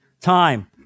Time